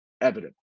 evident